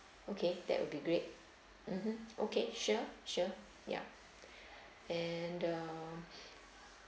okay that will be great mmhmm okay sure sure yeah and um